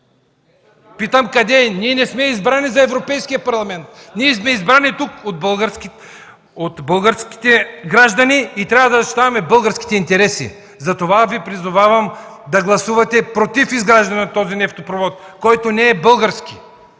Питам: Къде е?! Ние не сме избрани за Европейския парламент. Ние сме избрани тук от българските граждани и трябва да защитаваме българските интереси. Затова Ви призовавам да гласувате против изграждането на този нефтопровод, който не е български.